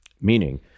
Meaning